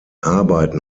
arbeiten